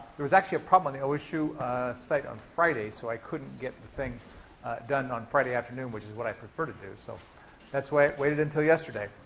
there was actually a problem on the osu site on friday so i couldn't get the thing done on friday afternoon, which is what i prefer to do. so that's why it waited until yesterday.